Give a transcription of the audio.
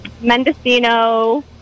Mendocino